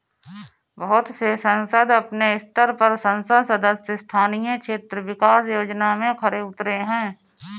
बहुत से संसद अपने स्तर पर संसद सदस्य स्थानीय क्षेत्र विकास योजना में खरे उतरे हैं